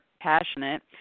passionate